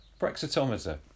Brexitometer